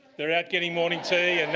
they are out getting morning tea?